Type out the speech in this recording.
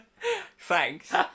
thanks